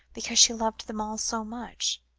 because she loved them all so much,